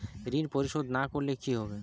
ঋণ পরিশোধ না করলে কি হবে?